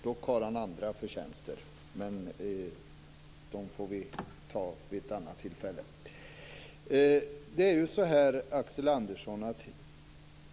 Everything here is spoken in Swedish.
Han har dock andra förtjänster, men dem får vi ta upp vid ett annat tillfälle.